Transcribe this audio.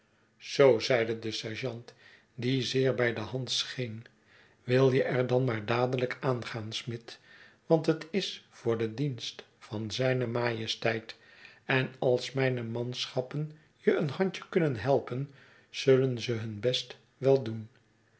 zoo zeide de sergeant die zeer bij de hand scheen wil je er dan maar dadelijk aangaan smid want het is voor den dienst van zijne majesteit en als mijne manschappen je een handje kunnen helpen zullen ze hun best wel doen